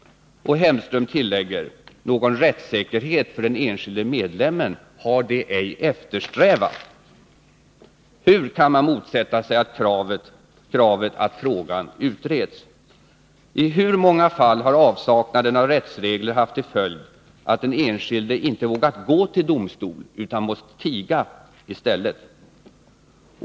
Hemström tillägger: Någon rättssäkerhet för den enskilde medlemmen har de ej eftersträvat. Hur kan man motsätta sig kravet att frågan utreds? I hur många fall har avsaknaden av rättsregler haft till följd att den enskilde inte vågat gå till domstol utan måst tiga i stället?